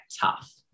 tough